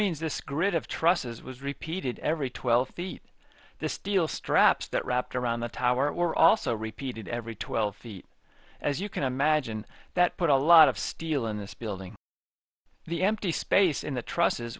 means this grid of trusses was repeated every twelve feet the steel straps that wrapped around the tower were also repeated every twelve feet as you can imagine that put a lot of steel in this building the empty space in the trus